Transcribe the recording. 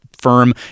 firm